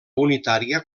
unitària